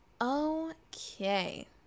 okay